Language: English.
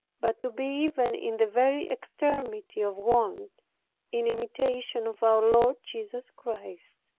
but to be even in the very extremity of want in imitation of our lord jesus christ.